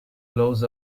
blows